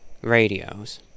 radios